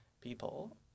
people